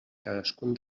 cadascun